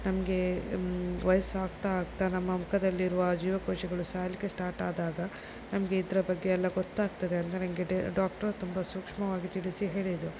ನಮಗೆ ವಯಸ್ಸು ಆಗ್ತಾ ಆಗ್ತಾ ನಮ್ಮ ಮುಖದಲ್ಲಿರುವ ಜೀವಕೋಶಗಳು ಸಾಯಲಿಕ್ಕೆ ಸ್ಟಾರ್ಟ್ ಆದಾಗ ನಮಗೆ ಇದರ ಬಗ್ಗೆ ಎಲ್ಲ ಗೊತ್ತಾಗ್ತದೆ ಅಂತ ನನಗೆ ಡಾಕ್ಟರ್ ತುಂಬ ಸೂಕ್ಷ್ಮವಾಗಿ ತಿಳಿಸಿ ಹೇಳಿದರು